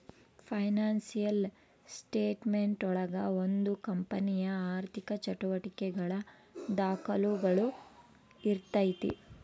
financial statement ಒಳಗ ಒಂದು ಕಂಪನಿಯ ಆರ್ಥಿಕ ಚಟುವಟಿಕೆಗಳ ದಾಖುಲುಗಳು ಇರ್ತೈತಿ